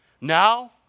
Now